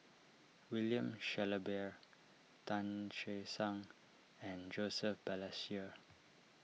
William Shellabear Tan Che Sang and Joseph Balestier